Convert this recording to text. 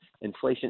inflation